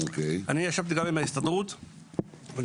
minded למצוא את